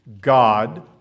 God